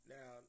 Now